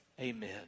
Amen